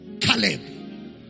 Caleb